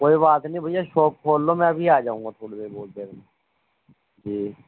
کوئی بات نہیں بھیا شاپ کھول لو میں ابھی آ جاؤں گا تھوڑی دیر بہت دیر میں جی